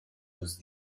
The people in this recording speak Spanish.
los